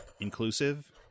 inclusive